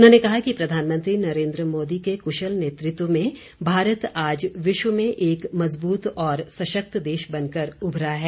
उन्होंने कहा कि प्रधानमंत्री नरेन्द्र मोदी के कुशल नेतृत्व में भारत आज विश्व में एक मज़बूत और सशक्त देश बनकर उभरा है